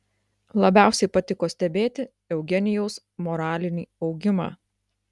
labiausiai patiko stebėti eugenijaus moralinį augimą